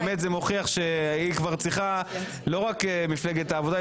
באמת זה מוכיח שהיא כבר צריכה לא רק לעזוב את מפלגת העבודה,